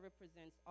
represents